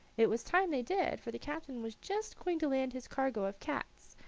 it was time they did, for the captain was just going to land his cargo of cats,